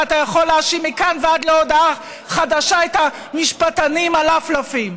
ואתה יכול להאשים מכאן ועד להודעה חדשה את המשפטנים הלפלפים.